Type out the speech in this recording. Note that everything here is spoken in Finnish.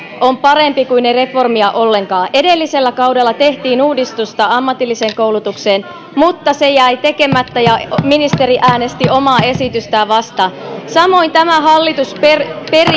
on parempi kuin ei reformia ollenkaan edellisellä kaudella tehtiin uudistusta ammatilliseen koulutukseen mutta se jäi tekemättä ja ministeri äänesti omaa esitystään vastaan samoin tämä hallitus peri